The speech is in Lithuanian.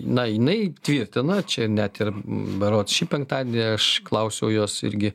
na jinai tvirtina čia net ir berods šį penktadienį aš klausiau jos irgi